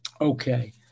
Okay